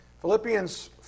Philippians